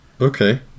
Okay